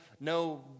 no